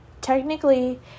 technically